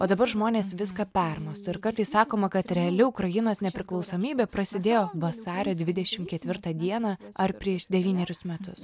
o dabar žmonės viską permąsto ir kartais sakoma kad reali ukrainos nepriklausomybė prasidėjo vasario dvidešimt ketvirtą dieną ar prieš devynerius metus